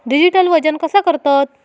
Digital वजन कसा करतत?